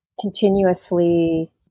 continuously